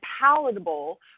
palatable